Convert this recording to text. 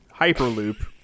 hyperloop